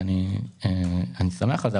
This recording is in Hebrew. אני שמח על כך.